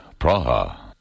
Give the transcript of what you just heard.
Praha